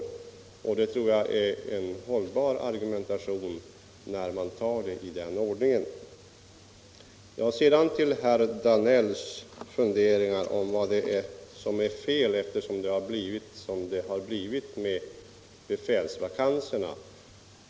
Jag tror det är en hållbar argumentation när man tar det i den ordningen. Sedan till herr Danells funderingar över vad det är som är fel, eftersom det har blivit som det har blivit med befälsvakanserna.